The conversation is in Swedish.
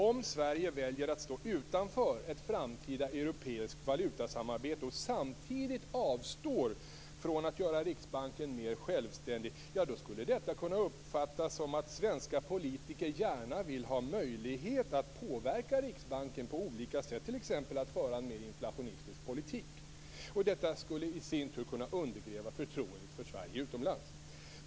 Om Sverige väljer att stå utanför ett framtida europeiskt valutasamarbete och samtidigt avstår från att göra Riksbanken mer självständig, skulle det kunna uppfattas som att svenska politiker gärna vill ha möjlighet att påverka Riksbanken på olika sätt, t.ex. att föra en mer inflationistisk politik. Detta skulle i sin tur kunna undergräva förtroendet för Sverige utomlands.